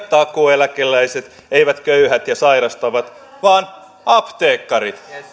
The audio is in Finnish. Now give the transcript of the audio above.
takuueläkeläiset eivät köyhät ja sairastavat vaan apteekkarit